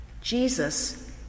Jesus